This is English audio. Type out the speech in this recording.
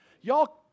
Y'all